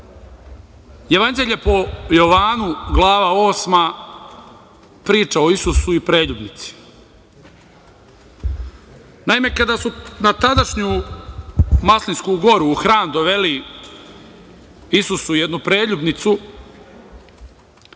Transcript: karaktera. Jevanđelje po Jovanu, glava 8, priča o Isusu i preljubnici. Naime, kada su na tadašnju Maslinsku goru u hram doveli Isusu jednu preljubnicu,